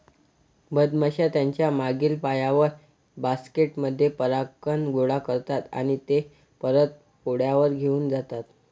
मधमाश्या त्यांच्या मागील पायांवर, बास्केट मध्ये परागकण गोळा करतात आणि ते परत पोळ्यावर घेऊन जातात